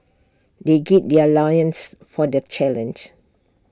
they gird their loins for the challenge